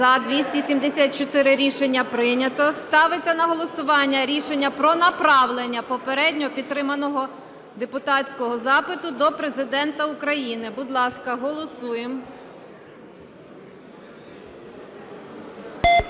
За-274 Рішення прийнято. Ставиться на голосування рішення про направлення попередньо підтриманого депутатського запиту до Президента України. Будь ласка, голосуємо.